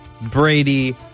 Brady